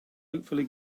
hopefully